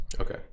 okay